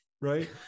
right